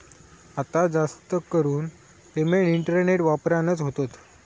आता जास्तीकरून payment internet वापरानच होतत